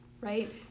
right